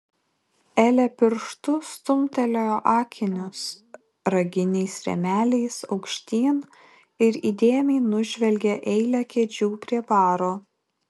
elė pirštu stumtelėjo akinius raginiais rėmeliais aukštyn ir įdėmiai nužvelgė eilę kėdžių prie baro